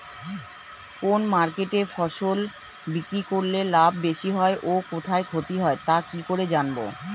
কোন মার্কেটে ফসল বিক্রি করলে লাভ বেশি হয় ও কোথায় ক্ষতি হয় তা কি করে জানবো?